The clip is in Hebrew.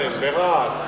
ברהט,